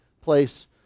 place